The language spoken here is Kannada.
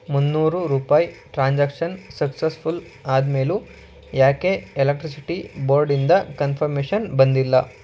ಮುನ್ನೂರು ರೂಪಾಯಿ ಟ್ರಾನ್ಸಾಕ್ಷನ್ ಸಕ್ಸಸ್ಫುಲ್ ಆದ ಮೇಲೂ ಯಾಕೆ ಎಲೆಕ್ಟ್ರಿಸಿಟಿ ಬೋರ್ಡಿಂದ ಕನ್ಫರ್ಮೇಷನ್ ಬಂದಿಲ್ಲ